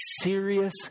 serious